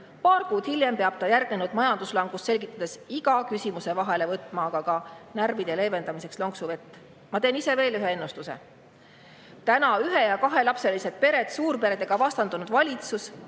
Paar kuud hiljem peab ta järgnenud majanduslangust selgitades iga küsimuse vahele võtma aga ka närvide leevendamiseks lonksu vett. Ma teen ise veel ühe ennustuse. Täna ühe- ja kahelapselisi peresid suurperedega vastandanud valitsus,